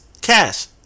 Cash